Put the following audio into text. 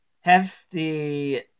hefty